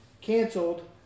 canceled